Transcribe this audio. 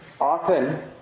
often